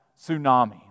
tsunami